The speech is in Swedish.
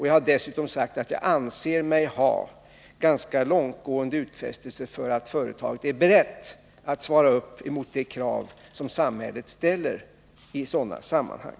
Jag har dessutom sagt att jag anser mig ha ganska långtgående utfästelser för att företaget är berett att svara upp mot det krav som samhället ställer i sådana sammanhang.